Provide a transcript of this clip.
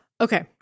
Okay